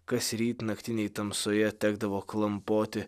kasryt naktinėj tamsoje tekdavo klampoti